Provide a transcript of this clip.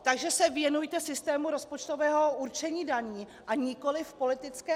Takže se věnujte systému rozpočtového určení daní a nikoliv politické agitce!